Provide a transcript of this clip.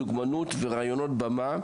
דוגמנות וריאיונות במה,